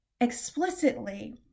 explicitly